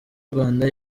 rwanda